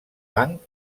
banc